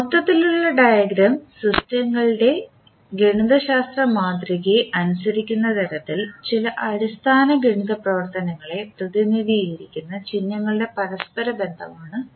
മൊത്തത്തിലുള്ള ഡയഗ്രം സിസ്റ്റങ്ങളുടെ ഗണിതശാസ്ത്ര മാതൃകയെ അനുസരിക്കുന്ന തരത്തിൽ ചില അടിസ്ഥാന ഗണിത പ്രവർത്തനങ്ങളെ പ്രതിനിധീകരിക്കുന്ന ചിഹ്നങ്ങളുടെ പരസ്പര ബന്ധമാണ് ബ്ലോക്ക് ഡയഗ്രം